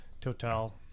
Total